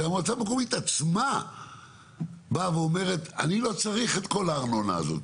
שהמועצה המקומית עצמה אומרת שהם לא צריכים את כל הארנונה הזאת,